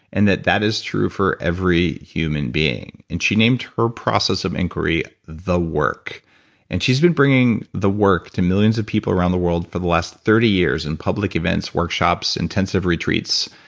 and that that is true for every human being. and she named her process of inquiry the work and she's been bringing the work to millions of people around the world for the last thirty years in public events, workshops, intensive retreats,